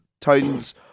Titans